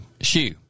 shoe